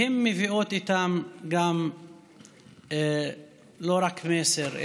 הן מביאות איתן לא רק מסר,